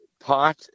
pot